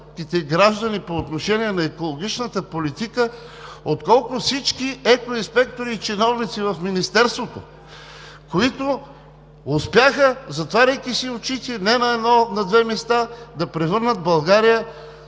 по отношение на екологичната политика, отколкото всички екоинспектори и чиновници в Министерството, които успяха, затваряйки си очите не на едно и на две места, да превърнат България